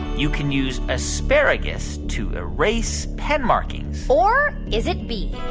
you can use asparagus to erase pen markings? or is it b,